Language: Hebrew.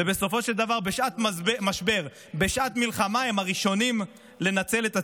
ובסופו של דבר בשעת משבר ובשעת מלחמה הם הראשונים לנצל את הציבור.